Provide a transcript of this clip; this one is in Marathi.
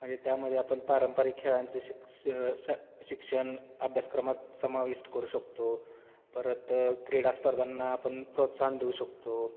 म्हणजे त्यामध्ये आपण पारंपरिक खेळांचे शिक्ष श शिक्षण अभ्यासक्रमात समाविष्ट करू शकतो परत क्रीडास्पर्धांना आपण प्रोत्साहन देऊ शकतो